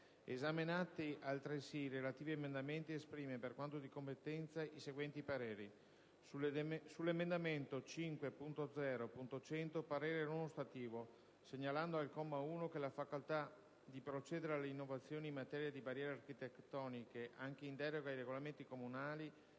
Esaminati altresì i relativi emendamenti, esprime, per quanto di competenza, i seguenti pareri: sull'emendamento 5.0.100 parere non ostativo, segnalando al comma 1 che la facoltà di procedere alle innovazioni in materia di barriere architettoniche, anche in deroga ai regolamenti comunali